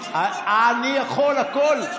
אתה לא יכול, אני יכול הכול.